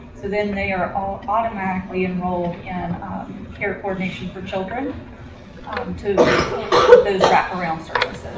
so then they are all automatically enrolled in care coordination for children um to get those wraparound services.